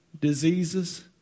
diseases